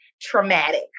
traumatic